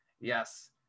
Yes